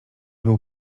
był